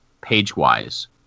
page-wise